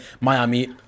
Miami